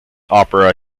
opera